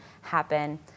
happen